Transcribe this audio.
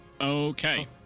Okay